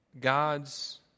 God's